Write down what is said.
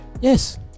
Yes